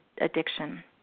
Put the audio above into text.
addiction